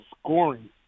scoring